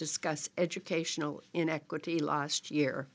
discuss educational inequity last year